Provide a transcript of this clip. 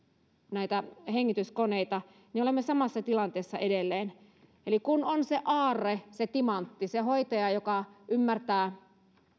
näitä hengityskoneita niin olemme samassa tilanteessa edelleen eli kun on se aarre se timantti se hoitaja joka ymmärtää